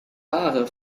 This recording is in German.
haare